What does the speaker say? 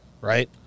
Right